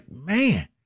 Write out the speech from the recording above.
man